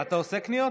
אתה עושה קניות?